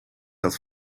had